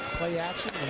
play action.